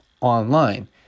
online